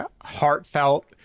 heartfelt